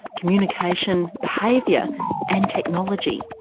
communication, behaviour and technology.